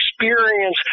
experience